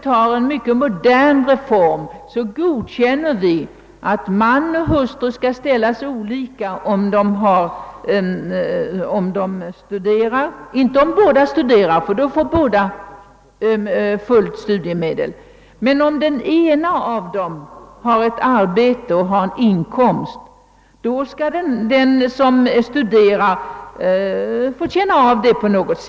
I en mycket modern reform godkänner vi, att man och hustru behandlas olika, när det gäller studier. Om båda studerar får visserligen också båda fulla studiemedel, men om den ena av dem har arbete och inkomst, skall den som studerar få en reducering.